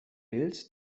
bild